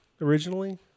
originally